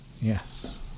Yes